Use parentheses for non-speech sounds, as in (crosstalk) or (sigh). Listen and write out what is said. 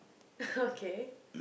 (noise) okay